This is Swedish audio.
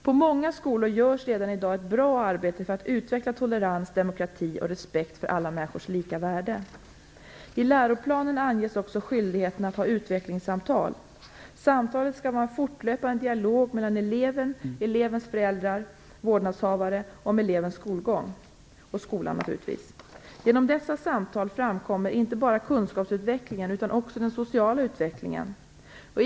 På många skolor görs redan i dag ett bra arbete för att utveckla tolerans, demokrati och respekt för alla människors lika värde. I läroplanen anges också skyldigheten att ha utvecklingssamtal. Samtalet skall vara en fortlöpande dialog mellan eleven, elevens vårdnadshavare och skolan om elevens skolgång. Genom dessa samtal framkommer inte bara kunskapsutvecklingen utan också den sociala utvecklingen.